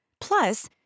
Plus